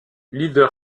leader